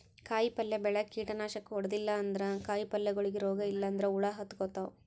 ಕಾಯಿಪಲ್ಯ ಬೆಳ್ಯಾಗ್ ಕೀಟನಾಶಕ್ ಹೊಡದಿಲ್ಲ ಅಂದ್ರ ಕಾಯಿಪಲ್ಯಗೋಳಿಗ್ ರೋಗ್ ಇಲ್ಲಂದ್ರ ಹುಳ ಹತ್ಕೊತಾವ್